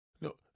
no